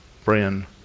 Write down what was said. friend